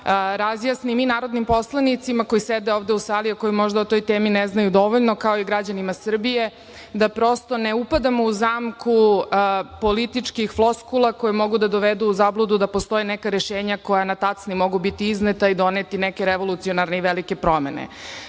razjasnim i narodnim poslanicima koji sede ovde u sali, a koji možda o toj temi ne znaju dovoljno, kao i građanima Srbije, da prosto, ne upadamo u zamku političkih floskula koje mogu da dovedu u zabludu da postoje neka rešenja koja mogu na tacni biti izneta i doneti neke revolucionarne i velike promene. Dakle,